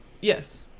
yes